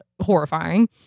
horrifying